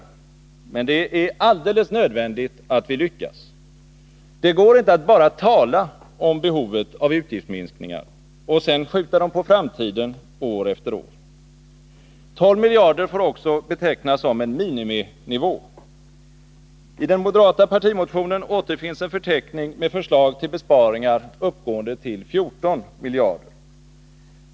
Men det är alldeles nödvändigt att vi lyckas. Det går inte att bara tala om behovet av utgiftsminskningar och sedan skjuta dem på framtiden år efter år. 12 miljarder får också betecknas som en miniminivå. I den moderata partimotionen återfinns en förteckning med förslag till besparingar uppgående till 14 miljarder.